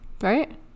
right